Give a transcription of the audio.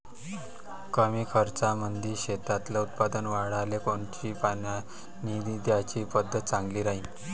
कमी खर्चामंदी शेतातलं उत्पादन वाढाले कोनची पानी द्याची पद्धत चांगली राहीन?